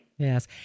Yes